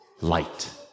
Light